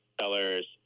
sellers